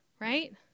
right